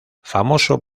famoso